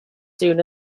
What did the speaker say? soon